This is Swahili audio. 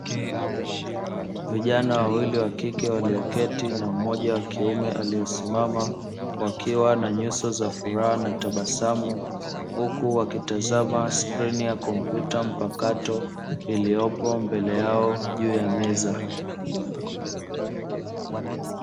Vijana wawili wa kike walioketi na mmoja wa kiume aliyesimama, wakiwa na nyuso za furaha na tabasamu huku wakitazama skrini ya kompyuta mpakato iliyopo mbele yao juu ya meza.